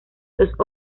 los